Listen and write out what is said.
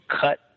cut